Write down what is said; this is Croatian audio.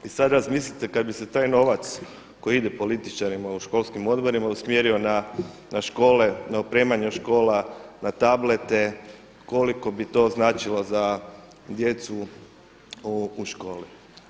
I sada razmislite kada bi se taj novac koji ide političarima u školskim odborima usmjerio na škole, na opremanje škola, na tablete koliko bi to značilo za djecu u školi.